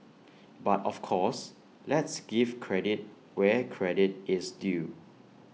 but of course let's give credit where credit is due